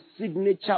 signature